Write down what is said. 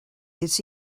its